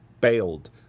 bailed